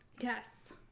Yes